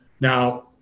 Now